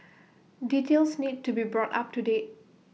details need to be brought up to date